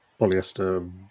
polyester